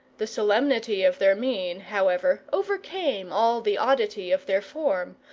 the solemnity of their mien, however, overcame all the oddity of their form,